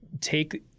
take